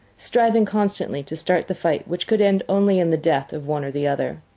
striving constantly to start the fight which could end only in the death of one or the other.